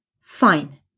fine